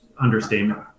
understatement